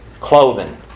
clothing